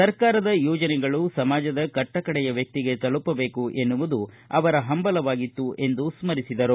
ಸರ್ಕಾರದ ಯೋಜನೆಗಳು ಸಮಾಜದ ಕಟ್ಟಕಡೆಯ ವ್ಚಕ್ತಿಗೆ ತಲುಪಟೇಕು ಎನ್ನುವುದು ಅವರ ಹಂಬಲವಾಗಿತ್ತು ಎಂದು ಸ್ಟರಿಸಿದರು